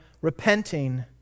repenting